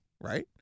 right